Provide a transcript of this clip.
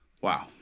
Wow